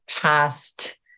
past